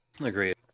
agreed